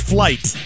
Flight